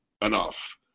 enough